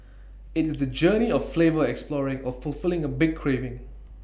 IT is the journey of flavor exploring or fulfilling A big craving